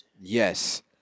Yes